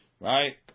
right